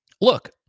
Look